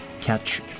catch